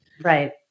Right